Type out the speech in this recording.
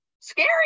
scary